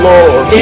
Lord